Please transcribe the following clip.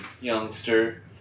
youngster